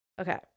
Okay